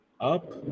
up